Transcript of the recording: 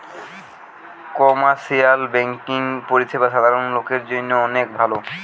commercial banking পরিষেবা সাধারণ লোকের জন্য অনেক ভালো